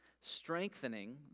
strengthening